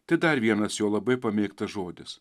tai dar vienas jo labai pamėgtas žodis